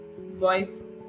voice